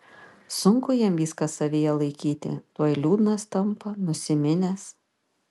sunku jam viską savyje laikyti tuoj liūdnas tampa nusiminęs